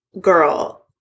girl